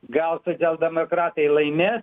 gal todėl demokratai laimės